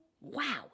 wow